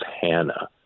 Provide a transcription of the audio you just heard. Hannah